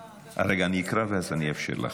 אני אקרא ואז אני אאפשר שלך.